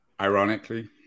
ironically